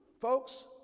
folks